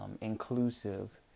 inclusive